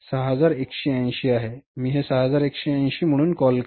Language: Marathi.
आता मी म्हणेन हे 6180 आहे मी हे 6180 म्हणून कॉल करेन